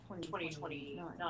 2029